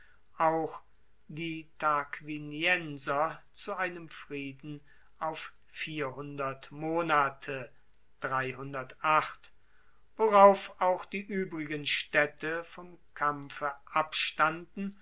auch die tarquinienser zu einem frieden auf vierhundert monate worauf auch die uebrigen staedte vom kampfe abstanden